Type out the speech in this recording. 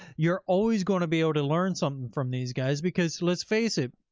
you're always going to be able to learn something from these guys. because let's face it,